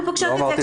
לא אמרתי את זה.